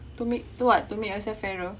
to make to what to make yourself fairer